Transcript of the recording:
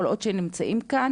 כל עוד הם נמצאים כאן,